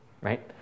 right